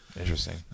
Interesting